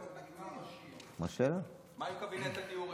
מה עם קבינט הדיור?